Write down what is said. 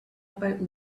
about